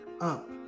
up